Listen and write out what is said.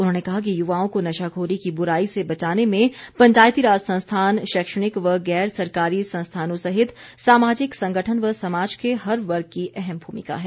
उन्होंने कहा कि युवाओं को नशाखोरी की बुराई से बचाने में पंचायतीराज संस्थान शैक्षणिक व गैर सरकारी संस्थानों सहित सामाजिक संगठन व समाज के हर वर्ग की अहम भूमिका है